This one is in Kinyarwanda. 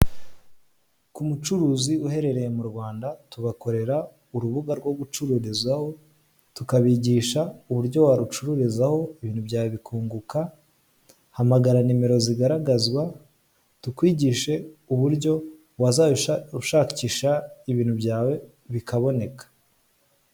Ku mucuruzi uherereye mu Rwanda, tubakorera urubuga rwo gucururizaho, tukabigisha uburyo warucururizaho, ibintu byawe bikunguka, hamagara nimero zigaragazwa tukwigishe uburyo wazajya ushakisha ibintu byawe bikaboneka.